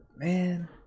Man